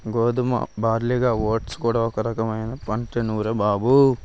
గోధుమ, బార్లీలాగా ఓట్స్ కూడా ఒక రకమైన పంటేనురా బాబూ